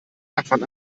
gaffern